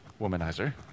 womanizer